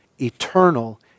eternal